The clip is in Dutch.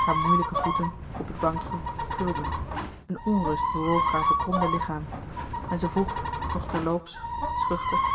hare moeilijke voeten op het bankje trilden een onrust bewoog haar verkromde lichaam en zij vroeg nog terloops schuchter